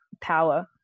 power